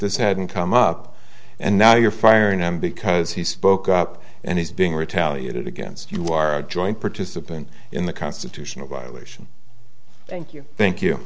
this hadn't come up and now you're firing him because he spoke up and he's being retaliated against you are a joint participant in the constitutional violation thank you thank you